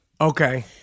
Okay